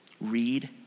Read